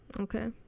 Okay